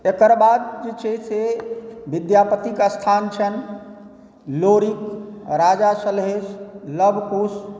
एकर बाद जे छै से विद्यापतिक स्थान छनि लोरिक राजा सहलेश लव कुश